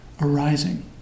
arising